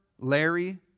Larry